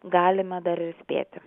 galima dar ir spėti